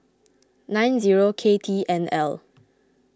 nine zero K T N L